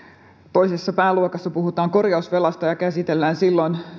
toisessa pääluokassa puhutaan korjausvelasta ja käsitellään silloin